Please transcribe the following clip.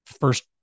first